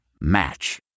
match